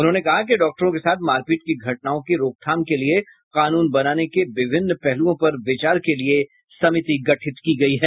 उन्होंने कहा कि डॉक्टरों के साथ मारपीट की घटनाओं की रोकथाम के लिए कानून बनाने के विभिन्न पहलुओं पर विचार के लिए समिति गठित की गई है